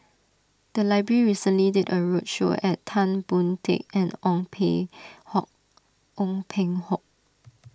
the library recently did a roadshow and Tan Boon Teik and Ong Peng Hock Ong Peng Hock